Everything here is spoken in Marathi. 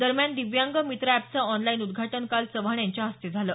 दरम्यान दिव्यांग मित्र अॅपचं ऑनलाईन उद्घाटन काल चव्हाण यांच्या हस्ते करण्यात आलं